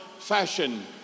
fashion